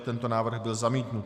Tento návrh byl zamítnut.